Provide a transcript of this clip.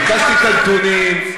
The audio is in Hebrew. ביקשתי את הנתונים.